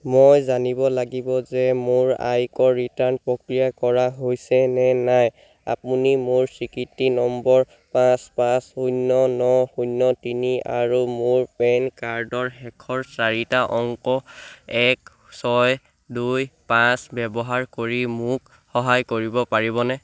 মই জানিব লাগিব যে মোৰ আয়কৰ ৰিটাৰ্ণ প্ৰক্ৰিয়া কৰা হৈছেনে নাই আপুনি মোৰ স্বীকৃতি নম্বৰ পাঁচ পাঁচ শূন্য ন শূন্য তিনি আৰু মোৰ পেন কাৰ্ডৰ শেষৰ চাৰিটা অংক এক ছয় দুই পাঁচ ব্যৱহাৰ কৰি মোক সহায় কৰিব পাৰিবনে